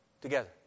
together